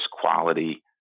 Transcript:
quality